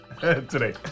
Today